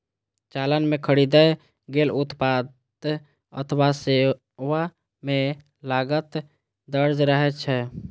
चालान मे खरीदल गेल उत्पाद अथवा सेवा के लागत दर्ज रहै छै